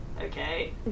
Okay